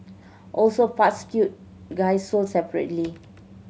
also parts cute guy sold separately